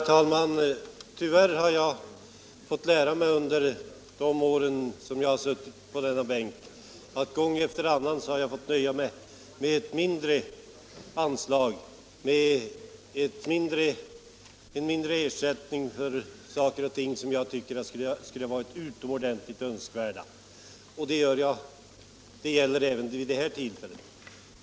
Herr talman! Under de år som jag har suttit på denna bänk har jag gång efter annan fått nöja mig med ett mindre anslag, en mindre ersättning för saker och ting som jag tyckt varit utomordentligt önskvärda. Detta gäller även nu.